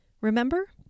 Remember